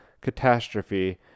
catastrophe